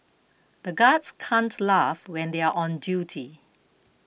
the guards can't laugh when they are on duty